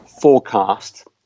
forecast